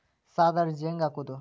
ಸಾಲದ ಅರ್ಜಿ ಹೆಂಗ್ ಹಾಕುವುದು?